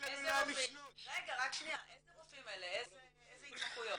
איזה התמחויות?